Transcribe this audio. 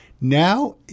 Now